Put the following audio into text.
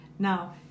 Now